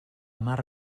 mar